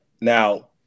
now